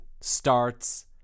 starts